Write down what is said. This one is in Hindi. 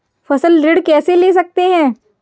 फसल ऋण कैसे ले सकते हैं?